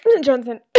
Johnson